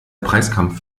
preiskampf